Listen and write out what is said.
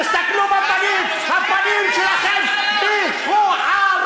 תסתכלו בפנים: הפנים שלכם מכוערות,